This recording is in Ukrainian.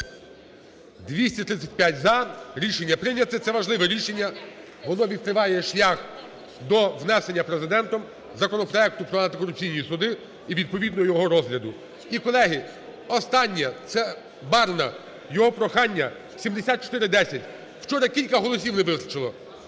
За-235 Рішення прийнято. Це важливе рішення, воно відкриває шлях до внесення Президентом законопроекту про антикорупційні суди і відповідно його розгляду. І, колеги, останнє - це Барна, його прохання: 7410. Вчора кілька голосів не вистачило.